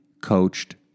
coached